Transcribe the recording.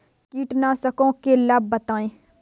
कीटनाशकों के लाभ बताएँ?